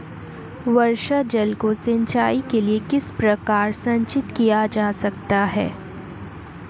वर्षा जल को सिंचाई के लिए किस प्रकार संचित किया जा सकता है?